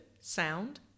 sound